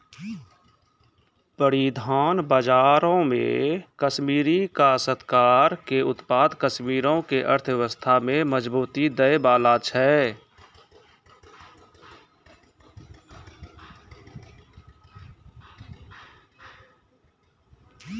परिधान बजारो मे कश्मीरी काश्तकार के उत्पाद कश्मीरो के अर्थव्यवस्था में मजबूती दै बाला छै